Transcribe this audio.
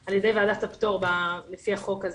על ידי ועדת הפטור לפי החוק הזה.